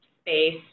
space